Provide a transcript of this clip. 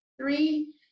three